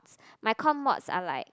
my core mods are like